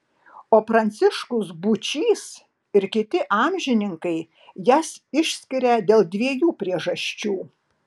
o pranciškus būčys ir kiti amžininkai jas išskiria dėl dviejų priežasčių